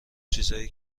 چیزای